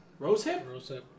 Rosehip